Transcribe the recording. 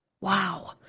Wow